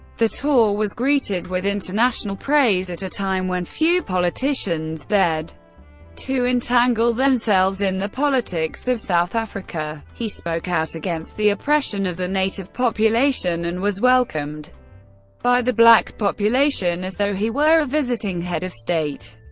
the tour was greeted with international praise at a time when few politicians dared to entangle themselves in the politics of south africa. he spoke out against the oppression of the native population, and was welcomed by the black population as though he were a visiting head of state.